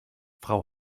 frau